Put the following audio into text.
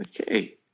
Okay